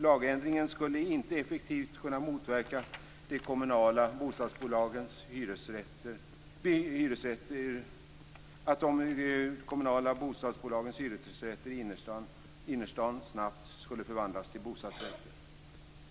Lagändringen skulle inte effektivt kunna motverka att de kommunala bostadsbolagens hyresrätter i innerstaden snabbt skulle förvandlas till bostadsrätter.